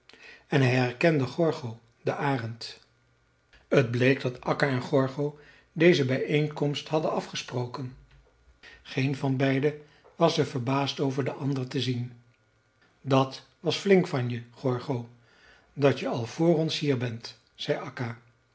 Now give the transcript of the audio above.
en hij herkende gorgo den arend t bleek dat akka en gorgo deze bijeenkomst hadden afgesproken geen van beide was er verbaasd over den ander te zien dat was flink van je gorgo dat je al voor ons hier bent zei